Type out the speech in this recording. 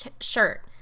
shirt